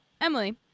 Emily